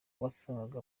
wasangaga